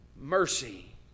mercy